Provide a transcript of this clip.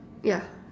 yeah